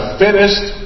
finished